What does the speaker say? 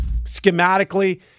schematically